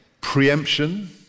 Preemption